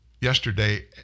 Yesterday